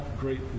great